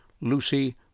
Lucy